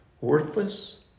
worthless